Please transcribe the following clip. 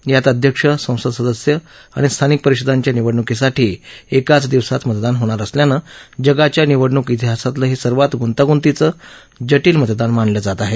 यात अध्यक्ष संसद सदस्य आणि स्थानिक परिषदांच्या निवडणुकीसाठी एकाच दिवसात मतदान होणार असल्यानं जगाच्या निवडणूक इतिहासातलं हे सर्वात गुंतागुंतीचं जटील मतदान मानलं जात आहे